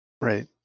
Right